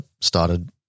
started